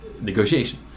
negotiation